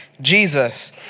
Jesus